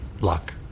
luck